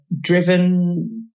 driven